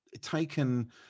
taken